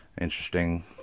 interesting